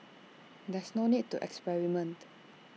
there's no need to experiment